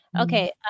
Okay